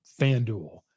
FanDuel